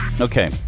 Okay